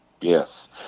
Yes